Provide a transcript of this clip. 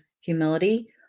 humility